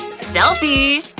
selfie!